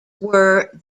were